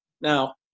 Now